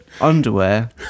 underwear